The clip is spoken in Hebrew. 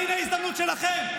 הינה ההזדמנות שלכם.